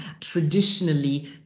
traditionally